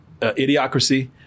Idiocracy